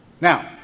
Now